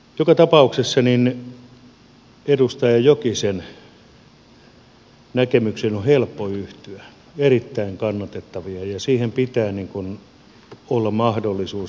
joka tapauksessa edustaja jokisen näkemyksiin on helppo yhtyä erittäin kannatettavia ja siihen pitää olla mahdollisuus